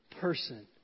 person